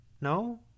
No